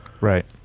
right